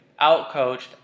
outcoached